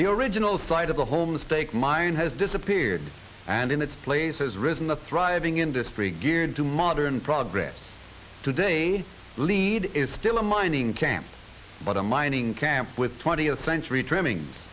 the original site of the homestake mine has disappeared and in its place has risen a thriving industry geared to modern progress today lead is still a mining camps but a mining camp with twentieth century trimming